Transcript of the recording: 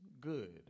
good